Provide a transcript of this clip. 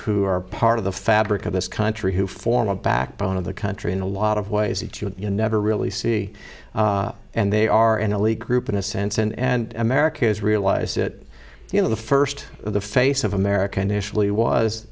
who are part of the fabric of this country who form a backbone of the country in a lot of ways that you would never really see and they are an elite group in a sense and america's realized that you know the first the face of america initially was